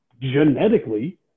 genetically